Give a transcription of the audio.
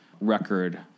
record